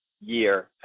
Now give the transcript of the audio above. Year